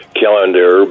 calendar